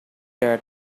that